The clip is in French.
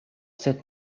cette